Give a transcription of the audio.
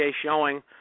showing